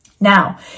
Now